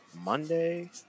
Monday